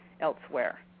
elsewhere